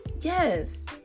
Yes